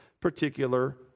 particular